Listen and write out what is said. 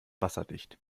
wasserdicht